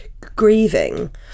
grieving